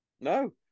no